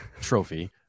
trophy